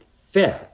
fit